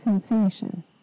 sensation